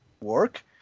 work